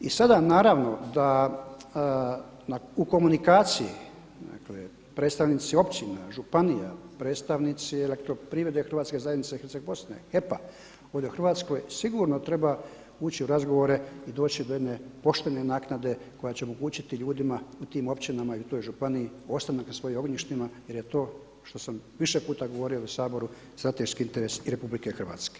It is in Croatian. I sada naravno u komunikaciji predstavnici općina, županija predstavnici Elektroprivrede hrvatske zajednice Hercegbosne HEP-a ovdje Hrvatskoj sigurno treba ući u razgovore i doći do jedne poštene naknade koja će omogućiti ljudima u tim općinama i u toj županiji ostanak na svojim ognjištima jer je to što sam više puta govorio u Saboru, strateški interes i RH.